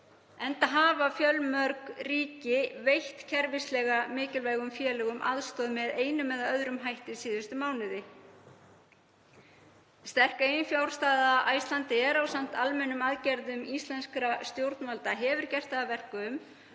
enda hafa fjölmörg ríki veitt kerfislega mikilvægum félögum aðstoð með einum eða öðrum hætti síðustu mánuði. Sterk eiginfjárstaða Icelandair ásamt almennum aðgerðum íslenskra stjórnvalda hefur gert það að verkum